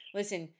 listen